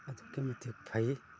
ꯑꯗꯨꯛꯀꯤ ꯃꯇꯤꯛ ꯐꯩ